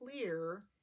clear